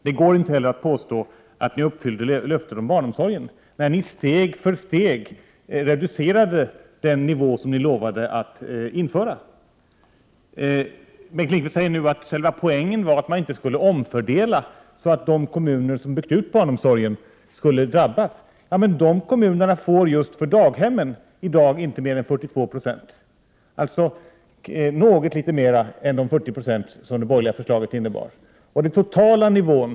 Det går inte heller att påstå att ni uppfyller löften om barnomsorgen, då ni steg för steg reducerade den nivå som ni lovade att införa. Bengt Lindqvist säger att själva poängen var att man inte skulle omfördela, så att de kommuner som byggt ur barnomsorgen skulle drabbas. Ja, men dessa kommuner får just för daghemmen i dag inte mer än 42 96, alltså något mer än de 40 960 som det borgerliga förslaget innebar.